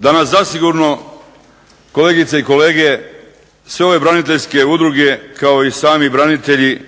Danas zasigurno, kolegice i kolege, sve ove braniteljske udruge kao i sami branitelji